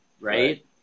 right